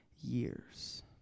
years